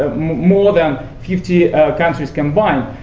ah more than fifty countries combined.